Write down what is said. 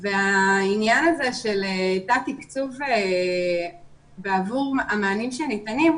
והעניין הזה של תת תקצוב עבור המענים שניתנים,